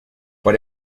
but